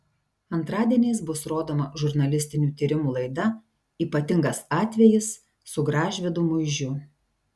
antradieniais bus rodoma žurnalistinių tyrimų laida ypatingas atvejis su gražvydu muižiu